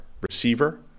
receiver